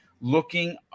looking